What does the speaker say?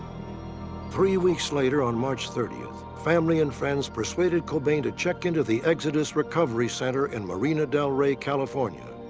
three weeks later, on march thirtieth, family and friends persuaded cobain to check into the exodus recovery center in marina del rey, california.